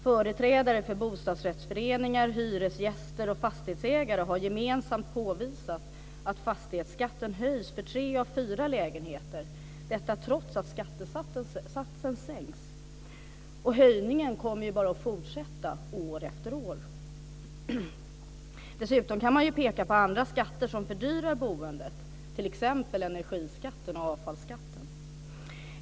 Företrädare för bostadsrättsföreningar, hyresgäster och fastighetsägare har gemensamt påvisat att fastighetsskatten höjs för tre av fyra lägenheter - detta trots att skattesatsen sänks. Och denna höjning kommer bara att fortsätta år efter år. Dessutom kan man peka på andra skatter som fördyrar boendet, t.ex. energiskatten och avfallsskatten.